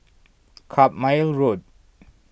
Carpmael Road